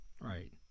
right